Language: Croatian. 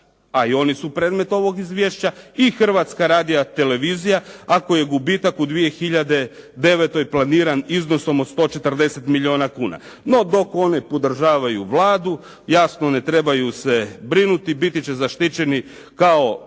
a i oni su predmet ovog izvješća, i Hrvatska radio-televizija ako je gubitak u 2009. planiran iznosom od 140 milijuna kuna. No, dok oni podržavaju Vladu jasno ne trebaju se brinuti, biti će zaštićeni kao